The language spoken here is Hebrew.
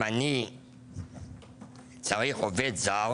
אם אני צריך עובד זר